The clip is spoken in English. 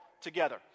together